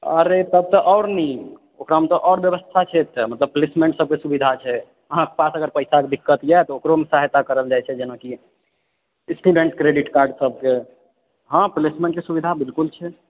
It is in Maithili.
अरे तब तऽ आओर नीक ओकरामे तऽ आओर व्यवस्था छै एकटा मतलब प्लेसमेन्टसभके सुविधा छै अहाँके पास अगर पैसाके दिक्कत यए तऽ ओकरोमे सहायता कयल जाइत छै स्टूडेन्ट क्रेडिट कार्डसभके हँ प्लेसमेन्टके सुविधा बिल्कुल छै